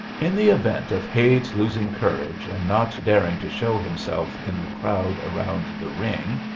in the event of hade's losing courage and not daring to show himself in the crowd around the ring,